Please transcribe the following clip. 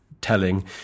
telling